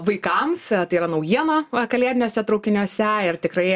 vaikams tai yra naujiena kalėdiniuose traukiniuose ir tikrai